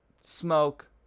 Smoke